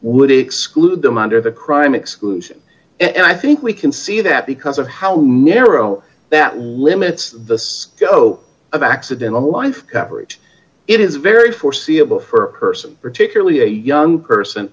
would exclude them under the crime exclusion and i think we can see that because of how narrow that limits the scope of accidental live coverage it is very foreseeable for a person particularly a young person